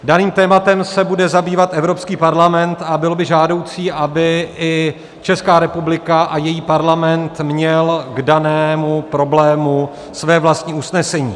Daným tématem se bude zabývat Evropský parlament a bylo by žádoucí, aby i Česká republika a její parlament měl k danému problému své vlastní usnesení.